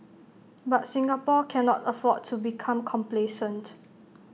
but Singapore cannot afford to become complacent